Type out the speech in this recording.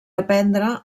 aprendre